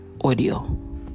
audio